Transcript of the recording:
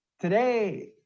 Today